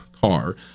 car